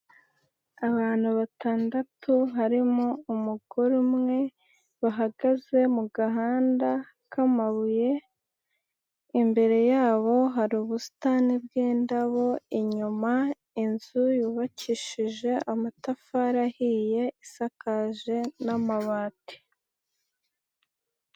Abantu batandatu harimo umugore umwe bahagaze mu gahanda k'amabuye, imbere yabo hari ubusitani bw'indabo, inyuma inzu yubakishije amatafari ahiye isakaje n'amabati.